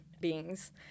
beings